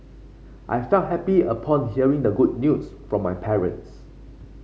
I felt happy upon hearing the good news from my parents